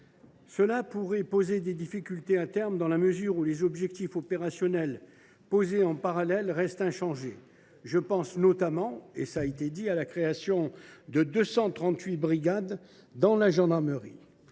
Cela pourrait créer des difficultés à terme, dans la mesure où les objectifs opérationnels posés en parallèle restent inchangés. Je pense notamment à la création de 238 nouvelles brigades dans la gendarmerie.